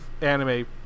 anime